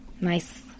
Nice